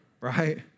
Right